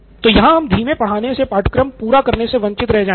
तो यहाँ हम धीमे पढ़ाने से पाठ्यक्रम पूरा करने से वंचित रह जाएँगे